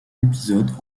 épisode